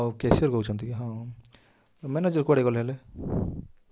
ହଉ କ୍ୟାସିୟର୍ କହୁଛନ୍ତି ହଉ ମ୍ୟାନେଜର୍ କୁଆଡ଼େ ଗଲେ ହେଲେ